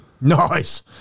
Nice